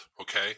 Okay